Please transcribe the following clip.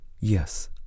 Yes